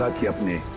ah kidnap